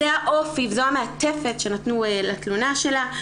זה האופי וזו המעטפת שנתנו לתלונה שלה.